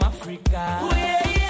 Africa